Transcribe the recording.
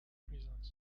prisons